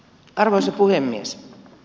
arvoisa puhemies